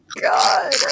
God